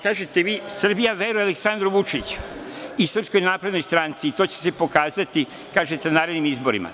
Kažete vi – Srbija veruje Aleksandru Vučiću i Srpskoj naprednoj stranci i to će se pokazati, kažete na narednim izborima.